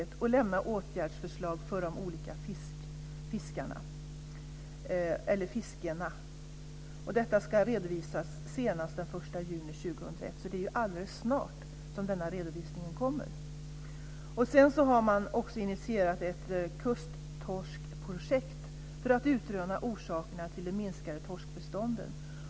Vidare ska man lämna åtgärdsförslag för de olika fiskena. Detta ska redovisas senast den 1 juni 2001. Alldeles snart kommer alltså denna redovisning. Man har också initierat ett kusttorskprojekt för att utröna orsakerna till de minskade torskbestånden.